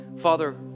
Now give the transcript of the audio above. Father